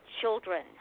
children